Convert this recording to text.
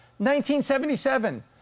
1977